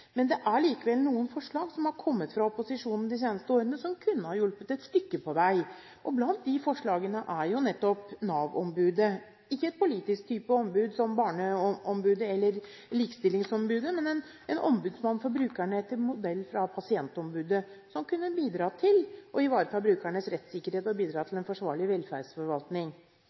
Det er likevel noen forslag som har kommet fra opposisjonen de seneste årene, som kunne ha hjulpet et stykke på vei. Blant de forslagene er nettopp Nav-ombudet, ikke en type politisk ombud som barneombudet eller likestillingsombudet, men en ombudsmann for brukerne etter modell fra pasientombudet som kunne bidra til å ivareta brukernes rettssikkerhet, og bidra til en forsvarlig velferdsforvaltning.